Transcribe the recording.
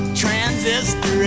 transistor